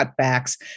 cutbacks